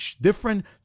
different